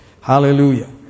Hallelujah